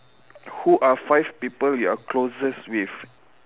who are five people you are closest with